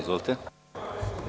Izvolite.